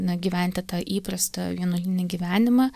na gyventi tą įprastą vienuolinį gyvenimą